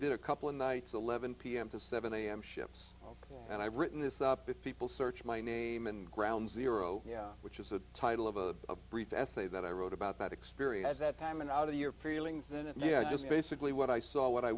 did a couple of nights eleven pm to seven am ships and i've written this up if people search my name and ground zero yeah which is the title of a brief essay that i wrote about that experience that time and out of your feelings and you know just basically what i saw what i